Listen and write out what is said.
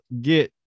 get